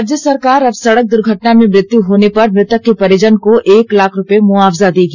राज्य सरकार अब सड़क दुर्घटना में मृत्यु होने पर मृतक के परिजन को एक लाख रूपये मुआवजा देगी